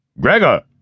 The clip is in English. Gregor